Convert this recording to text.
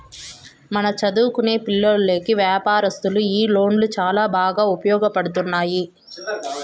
మన చదువుకొనే పిల్లోల్లకి వ్యాపారస్తులు ఈ లోన్లు చాలా బాగా ఉపయోగిస్తున్నాము